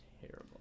terrible